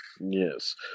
yes